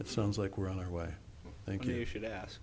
it sounds like we're on our way i think you should ask